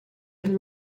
and